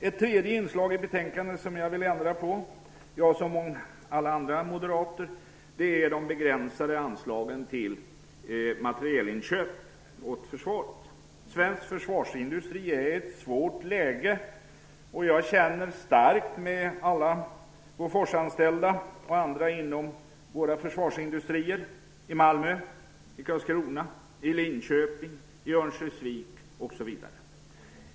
Ett tredje inslag i betänkandet som jag - som alla andra moderater - vill ändra på är de begränsade anslagen till materielinköp åt försvaret. Svensk försvarsindustri är i ett svårt läge, och jag känner starkt med alla Boforsanställda och andra inom våra försvarsindustrier - i Malmö, i Karlskrona, i Linköping, i Örnsköldsvik, osv.